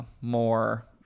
more